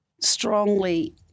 strongly